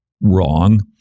wrong